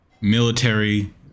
military